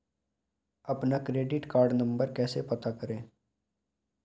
अपना credit card number कैसे पता करें?